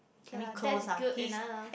okay lah that's good enough